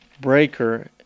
Breaker